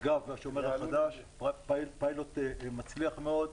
מדובר בפיילוט מצליח מאוד.